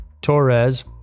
Torres